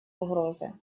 угрозы